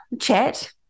chat